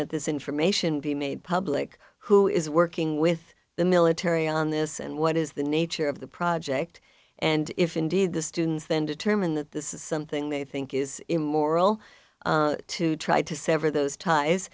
that this information be made public who is working with the military on this and what is the nature of the project and if indeed the students then determine that this is something they think is immoral to try to sever t